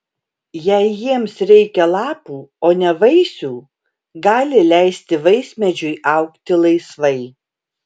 jei jiems reikia lapų o ne vaisių gali leisti vaismedžiui augti laisvai